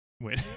wait